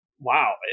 wow